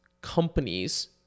companies